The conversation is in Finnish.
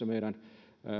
tässä meidän